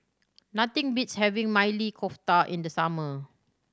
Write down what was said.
nothing beats having Maili Kofta in the summer